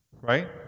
Right